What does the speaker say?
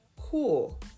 Cool